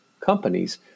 companies